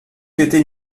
était